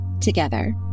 together